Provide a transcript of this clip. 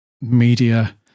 media